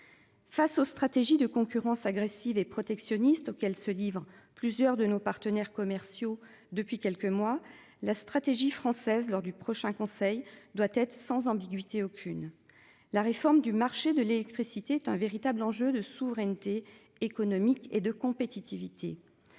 Face aux stratégies de concurrence agressive et protectionniste auquel se livrent plusieurs de nos partenaires commerciaux depuis quelques mois la stratégie française lors du prochain conseil doit être sans ambiguïté aucune, la réforme du marché de l'électricité est un véritable enjeu de souveraineté économique et de compétitivité.